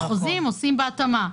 חוזים עושים בהתאמה.